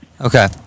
Okay